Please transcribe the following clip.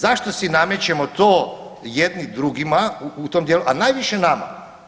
Zašto si namećemo to jedni drugima u tom dijelu, a najviše nama.